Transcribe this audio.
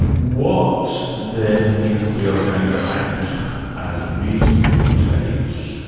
what then if we are going to act as reason dictates,